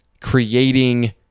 creating